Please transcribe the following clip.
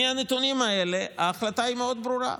מהנתונים האלה ההחלטה היא מאוד ברורה: